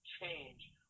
change